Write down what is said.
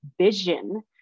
vision